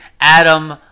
adam